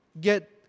get